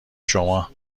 شما